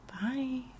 bye